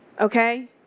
Okay